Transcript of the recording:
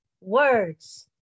words